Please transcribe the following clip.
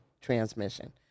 transmission